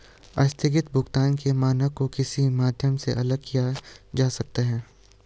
आस्थगित भुगतान के मानक को किस माध्यम से अलग किया जा सकता है?